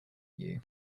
you